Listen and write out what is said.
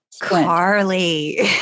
Carly